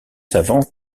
savants